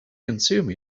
consume